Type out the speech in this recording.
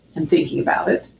and thinking about it.